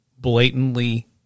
blatantly